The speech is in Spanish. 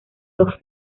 dos